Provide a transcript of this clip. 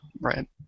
Right